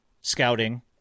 scouting